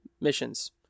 missions